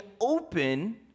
open